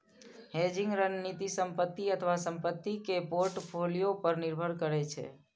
hedging रणनीति संपत्ति अथवा संपत्ति के पोर्टफोलियो पर निर्भर करै छै